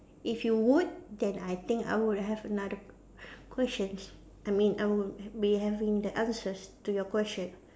if you would then I think I would have another questions I mean I would be having the answers to your question